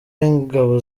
w’ingabo